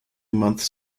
months